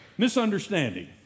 Misunderstanding